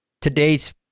today's